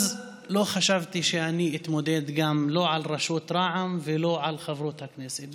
אז לא חשבתי שאני אתמודד על ראשות רע"ם וגם לא על החברות בכנסת.